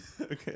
Okay